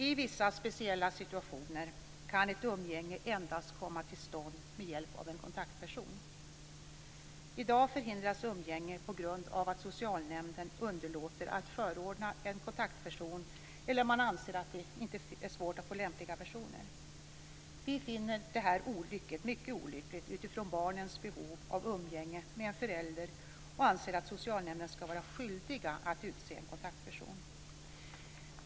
I vissa speciella situationer kan ett umgänge endast komma till stånd med hjälp av en kontaktperson. I dag förhindras umgänge på grund av att socialnämnder underlåter att förordna en kontaktperson eller anser att det är svårt att finna lämpliga personer. Vi finner detta mycket olyckligt sett utifrån barnens behov av umgänge med en förälder, och vi anser att socialnämnderna skall vara skyldiga att utse en kontaktperson.